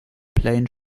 plane